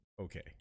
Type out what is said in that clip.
okay